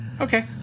Okay